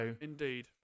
Indeed